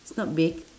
it's not big